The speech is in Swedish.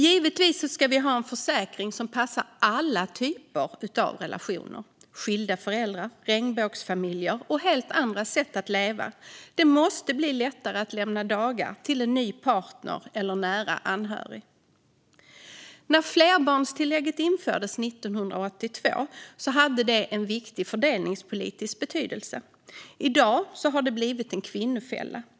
Givetvis ska vi ha en försäkring som passar alla typer av relationer - skilda föräldrar, regnbågsfamiljer och helt andra sätt att leva. Det måste bli lättare att lämna dagar till en ny partner eller en nära anhörig. När flerbarnstillägget infördes 1982 hade det en viktig fördelningspolitisk betydelse. I dag har det dock blivit en kvinnofälla.